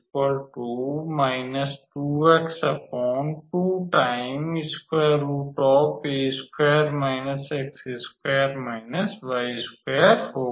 तो यह होगा